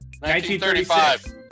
1935